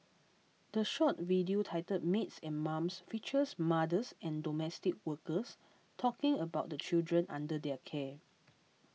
the short video titled Maids and Mums features mothers and domestic workers talking about the children under their care